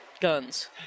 guns